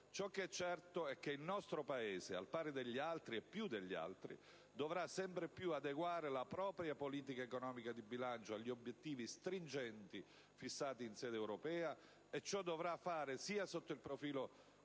Ciò che è certo è che il nostro Paese, al pari degli altri e più degli altri, dovrà sempre più adeguare la propria politica economica e di bilancio agli obiettivi stringenti fissati in sede europea e ciò dovrà fare sia sotto il profilo